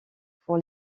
pour